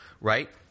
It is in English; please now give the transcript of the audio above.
right